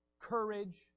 courage